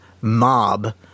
mob